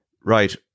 Right